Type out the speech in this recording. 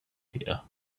here